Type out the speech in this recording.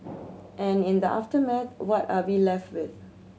and in the aftermath what are we left with